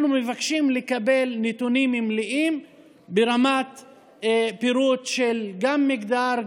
אנחנו מבקשים לקבל נתונים מלאים ברמת פירוט של מגדר,